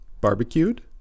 barbecued